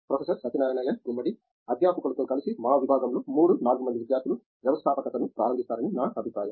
professor Satyanarayana N Gummadi అధ్యాపకులతో కలిసి మా విభాగంలో 3 4 మంది విద్యార్థులు వ్యవస్థాపకత ను ప్రారంభిస్తారని నా అభిప్రాయం